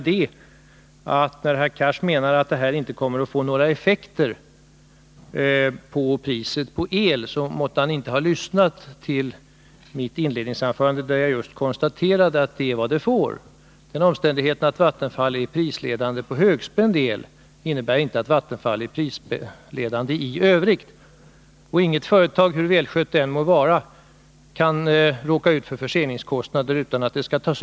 Herr Cars menar att det inte kommer att bli några effekter på elpriset, men då kan han inte ha lyssnat till mitt inledningsanförande, där jag konstaterade att det inte är så. Den omständigheten att Vattenfall är prisledande när det gäller högspänd el innebär inte att Vattenfall är prisledande i övrigt. Inget företag, hur välskött det än är, kan klara förseningskostnader utan att ta ut dem någonstans.